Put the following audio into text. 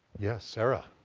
yes, sarah?